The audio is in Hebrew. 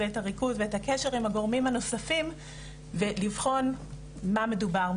הריכוז ואת הקשר עם הגורמים הנוספים ולבחון במה מדובר,